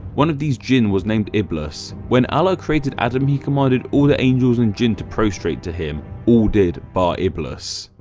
one of these these jinn was named iblis. when allah created adam he commanded all the angels and jinn to prostrate to him. all did bar iblis.